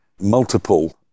multiple